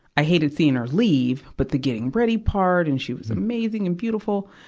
i hated seeing her leave, but the getting ready part, and she was amazing and beautiful.